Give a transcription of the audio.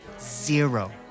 zero